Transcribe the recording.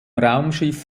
raumschiff